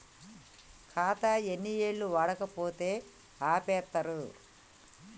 ఖాతా ఎన్ని ఏళ్లు వాడకపోతే ఆపేత్తరు?